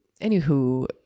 Anywho